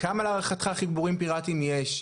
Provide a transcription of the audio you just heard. כמה להערכתך חיבורים פיראטיים יש?